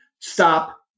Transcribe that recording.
stop